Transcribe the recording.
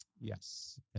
Yes